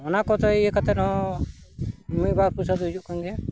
ᱚᱱᱟ ᱠᱚᱫᱚ ᱤᱭᱟᱹ ᱠᱟᱛᱮᱫ ᱦᱚᱸ ᱢᱤᱫ ᱵᱟᱨ ᱯᱚᱭᱥᱟᱹ ᱫᱚ ᱦᱩᱭᱩᱜ ᱠᱟᱱ ᱜᱮᱭᱟ